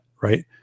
right